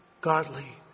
godly